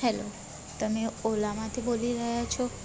hello તમે ઓલામાંથી બોલી રહ્યા છો